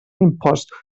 impost